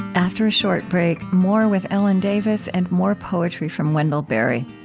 after a short break, more with ellen davis, and more poetry from wendell berry.